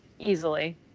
Easily